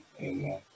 Amen